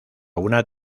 una